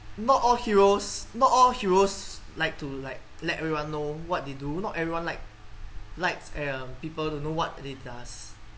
not all heroes not all heroes like to like let everyone know what they do not everyone like likes um people to know what they does